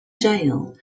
jail